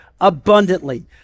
abundantly